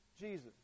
Jesus